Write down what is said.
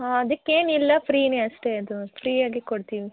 ಹಾಂ ಅದಿಕ್ಕೆ ಏನಿಲ್ಲ ಫ್ರೀನೇ ಅಷ್ಟೇ ಅದು ಫ್ರೀ ಆಗಿ ಕೊಡ್ತೀವಿ